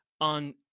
on